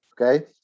okay